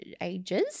ages